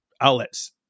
outlets